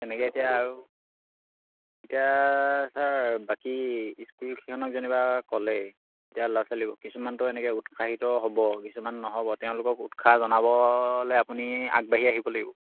তেনেকে এতিয়া আৰু এতিয়া ছাৰ বাকী স্কুলকিখনক যেনিবা ক'লে এতিয়া ল'ৰা ছোৱালীবোৰক কিছুমানটো এনেকে উৎসাহিত হ'ব কিছুমান নহ'ব তেওঁলোকক উৎসাহ জনাবলে আপুনি আগবাঢ়ি আহিব লাগিব